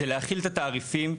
זה להחיל את התעריפים,